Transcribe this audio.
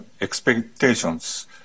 expectations